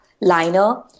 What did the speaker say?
liner